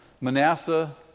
Manasseh